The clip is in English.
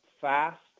fast